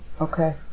Okay